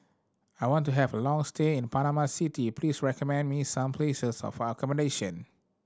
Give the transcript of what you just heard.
I want to have a long stay in Panama City please recommend me some places of accommodation